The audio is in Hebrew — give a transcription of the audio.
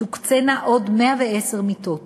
תוקצינה עוד 110 מיטות